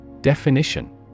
Definition